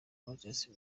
moses